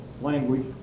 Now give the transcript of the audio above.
language